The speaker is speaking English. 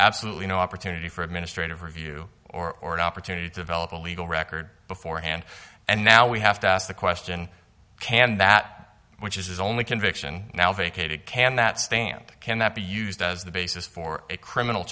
absolutely no opportunity for administrative review or or an opportunity to develop a legal record before hand and now we have to ask the question can that which is only conviction now vacated can that stand cannot be used as the basis for a criminal